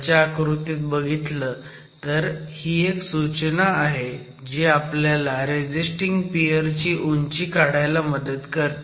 खालच्या आकृतीत बघितलं तर ही एक सूचना आहे जी आपल्याला रेझिस्टिंग पियर ची उंची काढायला मदत करते